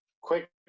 Quick